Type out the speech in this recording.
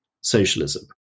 socialism